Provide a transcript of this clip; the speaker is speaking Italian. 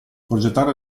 progettare